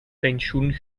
pensioen